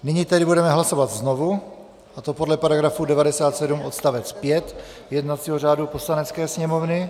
Nyní tedy budeme hlasovat znovu, a to podle § 97 odst. 5 jednacího řádu Poslanecké sněmovny.